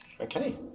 Okay